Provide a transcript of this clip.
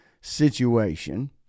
situation